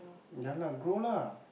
ya lah grow lah